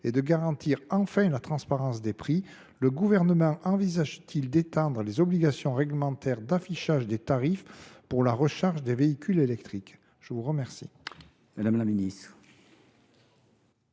et de garantir enfin la transparence des prix, le Gouvernement envisage t il d’étendre les obligations réglementaires d’affichage des tarifs pour la recharge des véhicules électriques ? La parole